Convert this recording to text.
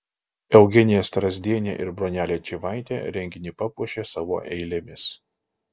eugenija strazdienė ir bronelė čyvaitė renginį papuošė savo eilėmis